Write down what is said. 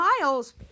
Miles